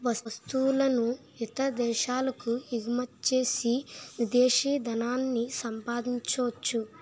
వస్తువులను ఇతర దేశాలకు ఎగుమచ్చేసి విదేశీ ధనాన్ని సంపాదించొచ్చు